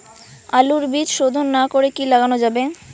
আলুর বীজ শোধন না করে কি লাগানো যাবে?